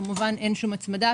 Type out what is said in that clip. כמובן שאין שום הצמדה,